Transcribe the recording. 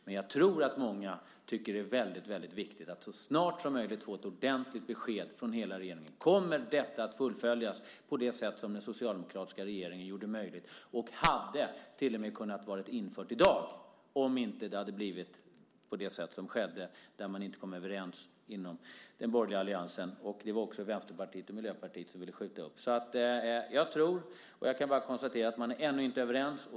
Men jag tror att många tycker att det är väldigt viktigt att så snart som möjligt få ett ordentligt besked från hela regeringen. Kommer detta att fullföljas på det sätt som den socialdemokratiska regeringen gjorde möjligt? Det hade till och med kunnat vara infört i dag om det inte hade blivit på det sätt som det blev. Man kom inte överens inom den borgerliga alliansen, och också Vänsterpartiet och Miljöpartiet ville skjuta upp det. Jag kan bara konstatera att man ännu inte är överens.